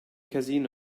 casino